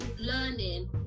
learning